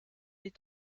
est